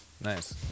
Nice